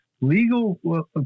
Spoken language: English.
legal